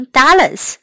dollars